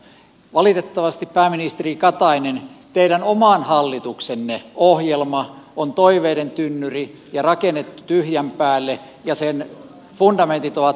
valitettavasti pääministeri katainen teidän oman hallituksenne ohjelma on toiveiden tynnyri ja rakennettu tyhjän päälle ja sen fundamentit ovat pettäneet